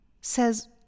says